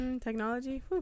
Technology